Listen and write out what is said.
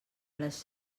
les